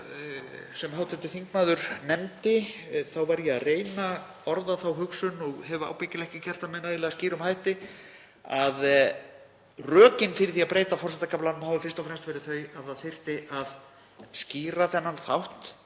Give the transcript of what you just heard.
sem hv. þingmaður nefndi þá var ég að reyna að orða þá hugsun, og hef ábyggilega ekki gert með nægilega skýrum hætti, að rökin fyrir því að breyta forsetakaflanum hafi fyrst og fremst verið þau að það þyrfti að skýra þennan þátt